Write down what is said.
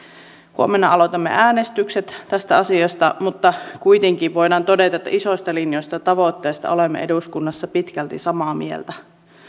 huomenna aloitamme äänestykset tästä asiasta mutta kuitenkin voidaan todeta että isoista linjoista ja tavoitteista olemme eduskunnassa pitkälti samaa mieltä